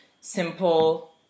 simple